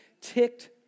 ticked